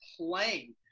playing